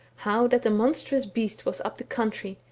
how that a monstrous beast was up the country,